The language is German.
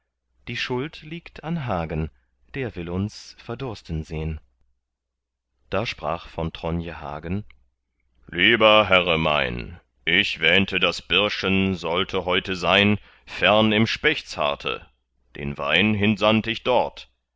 die schuld liegt an hagen der will uns verdursten sehn da sprach von tronje hagen lieber herre mein ich wähnte das birschen sollte heute sein fern im spechtsharte den wein hinsandt ich dort